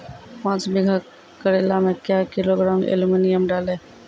पाँच बीघा करेला मे क्या किलोग्राम एलमुनियम डालें?